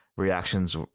Reactions